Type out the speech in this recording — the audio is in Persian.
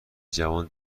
جوان